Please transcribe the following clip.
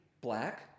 black